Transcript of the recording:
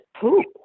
poop